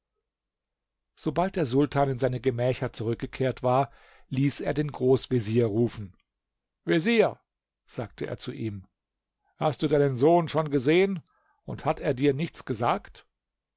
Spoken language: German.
sobald der sultan in seine gemächer zurückgekehrt war ließ er den großvezier rufen vezier sagte er zu ihm hast du deinen sohn schon gesehen und hat er dir nichts gesagt